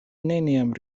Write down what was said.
neniam